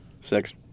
Six